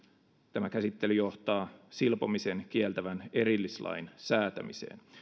tämä käsittely johtaa silpomisen kieltävän erillislain säätämiseen